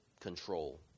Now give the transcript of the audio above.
control